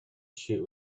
shoot